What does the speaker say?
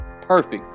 perfect